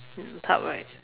in a tub right